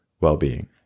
well-being